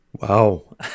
Wow